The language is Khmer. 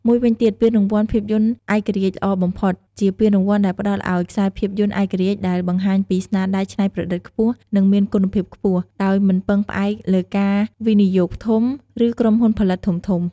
មួយវិញទៀតពានរង្វាន់ភាពយន្តឯករាជ្យល្អបំផុត ជាពានរង្វាន់ដែលផ្តល់ឲ្យខ្សែភាពយន្តឯករាជ្យដែលបង្ហាញពីស្នាដៃច្នៃប្រឌិតខ្ពស់ និងមានគុណភាពខ្ពស់ ដោយមិនពឹងផ្អែកលើការវិនិយោគធំ ឬក្រុមហ៊ុនផលិតធំៗ។